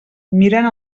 mirant